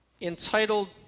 entitled